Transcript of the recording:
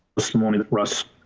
this morning, russ.